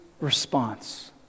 response